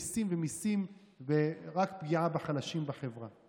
מיסים ומיסים ורק פגיעה בחלשים בחברה.